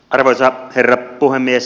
arvoisa herra puhemies